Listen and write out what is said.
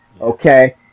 Okay